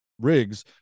rigs